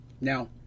Now